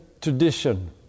tradition